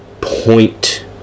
point